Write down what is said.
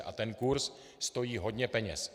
A ten kurz stojí hodně peněz.